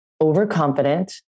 overconfident